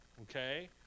Okay